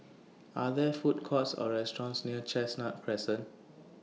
Are There Food Courts Or restaurants near Chestnut Crescent